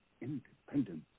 independence